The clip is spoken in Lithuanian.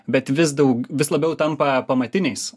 bet vis daug vis labiau tampa pamatiniais